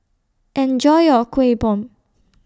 Enjoy your Kuih Bom